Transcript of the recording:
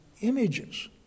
images